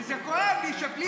כי זה כואב לי שבלי תעודה,